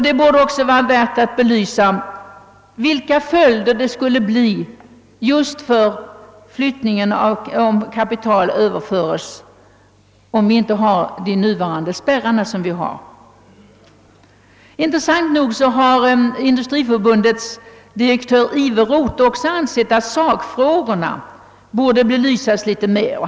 Men frågan vilka följderna blir för oss just när det gäller kapitalöverföringen, om vi inte har de nuvarande spärrarna, vore värd en belysning. Intressant nog har Industriförbundets direktör Iveroth också sagt att sakfrågorna borde belysas mera.